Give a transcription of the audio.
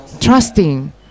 trusting